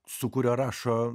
su kuriuo rašo